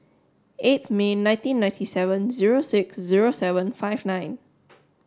eighth May nineteen ninety seven zero six zero seven five nine